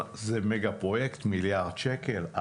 זה מגה פרויקט מיליארד שקל.